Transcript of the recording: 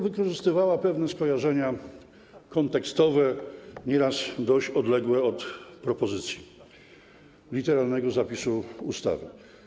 Wykorzystywano pewne skojarzenia kontekstowe, nieraz dość odległe od propozycji literalnego zapisu ustawy.